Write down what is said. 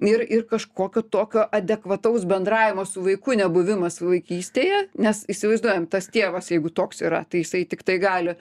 ir ir kažkokio tokio adekvataus bendravimo su vaiku nebuvimas vaikystėje nes įsivaizduojam tas tėvas jeigu toks yra tai jisai tiktai gali